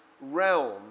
realm